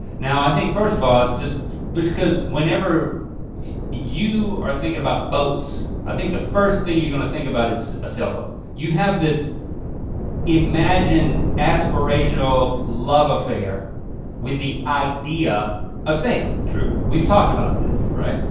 now i think first of all, just but cause whenever you are thinking about boats, i think the first thing you're gonna think about is a sailboat. you have this imagined aspirational love affair with the idea of sailing. true. we've talked about this. right.